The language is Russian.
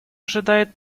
ожидает